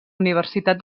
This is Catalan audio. universitat